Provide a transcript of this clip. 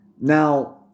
Now